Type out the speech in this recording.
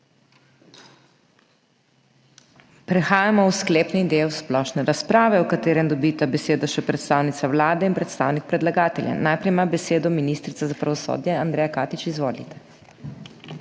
Prehajamo v sklepni del splošne razprave, v katerem dobita besedo še predstavnica Vlade in predstavnik predlagatelja. Najprej ima besedo ministrica za pravosodje Andreja Katič. Izvolite.